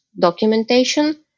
documentation